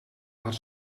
had